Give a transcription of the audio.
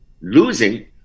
losing